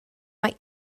mae